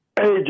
Hey